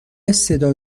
صدا